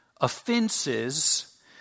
offenses